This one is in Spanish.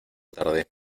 tarde